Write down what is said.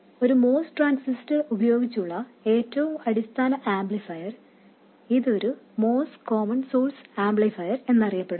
ഒരു MOS transistor ഉപയോഗിച്ചുള്ള ഏറ്റവും അടിസ്ഥാന ആംപ്ലിഫയർ ഇത് ഒരു MOS കോമൺ സോഴ്സ് ആംപ്ലിഫയർ എന്നറിയപ്പെടുന്നു